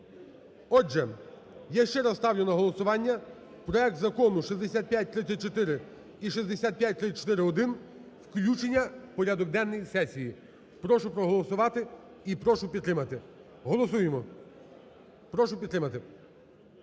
Отже, я ще раз ставлю на голосування проект Закону (6534 і 6534-1) включення в порядок денний сесії. Прошу проголосувати, і прошу підтримати. Голосуємо. Прошу підтримати.